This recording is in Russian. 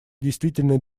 действительной